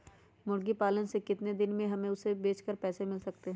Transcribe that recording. मुर्गी पालने से कितने दिन में हमें उसे बेचकर पैसे मिल सकते हैं?